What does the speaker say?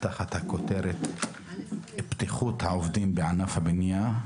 תחת הכותרת "בטיחות העובדים בענף הבנייה".